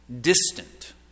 distant